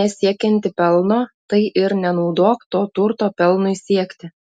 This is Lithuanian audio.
nesiekianti pelno tai ir nenaudok to turto pelnui siekti